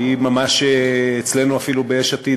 שהיא ממש אצלנו אפילו ביש עתיד,